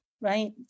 right